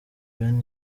ben